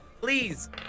please